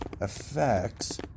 effects